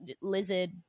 lizard